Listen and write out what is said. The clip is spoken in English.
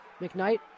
McKnight